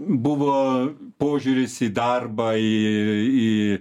buvo požiūris į darbą į į